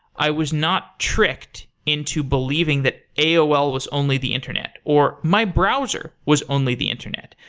i was not tricked into believing that aol was only the internet, or my browser was only the internet.